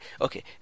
okay